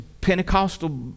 Pentecostal